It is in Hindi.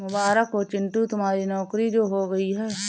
मुबारक हो चिंटू तुम्हारी नौकरी जो हो गई है